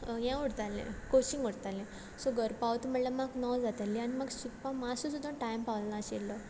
हें उरतालें कोचिंगा उरतालें सो घर पावता म्हणल्यार म्हाक णव जातालीं आनी म्हाक शिकों मातशे सुद्दां टायम पावनाशिल्लो